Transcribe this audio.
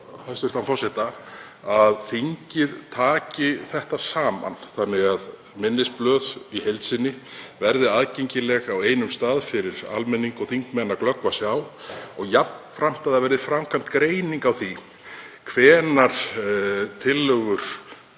við hæstv. forseta að þingið taki þetta saman þannig að minnisblöð í heild sinni verði aðgengileg á einum stað fyrir almenning og þingmenn að glöggva sig á og jafnframt að gerð verði greining á því hvenær tillögur